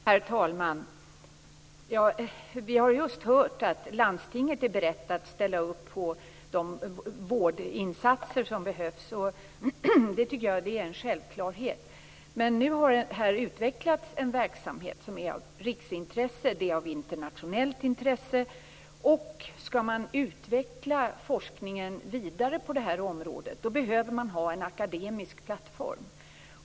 Herr talman! Vi har just hört att landstinget är berett att ställa upp på de vårdinsatser som behövs. Det tycker jag är en självklarhet. Men nu har här utvecklats en verksamhet som är av riksintresse, den är av internationellt intresse, och skall man utveckla forskningen vidare på det här området behöver man ha en akademisk plattform.